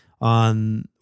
On